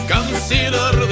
Consider